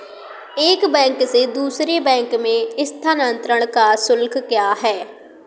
एक बैंक से दूसरे बैंक में स्थानांतरण का शुल्क क्या है?